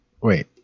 Wait